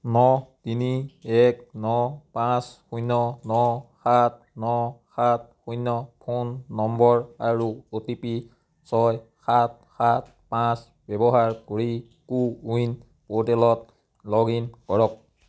ন তিনি এক ন পাঁচ শূন্য় ন সাত ন সাত শূন্য় ফোন নম্বৰ আৰু অ' টি পি ছয় সাত সাত পাঁচ ব্যৱহাৰ কৰি কো ৱিন প'ৰ্টেলত লগ ইন কৰক